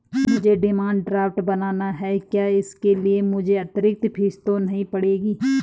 मुझे demand draft बनाना है क्या इसके लिए मुझे अतिरिक्त फीस तो नहीं देनी पड़ेगी?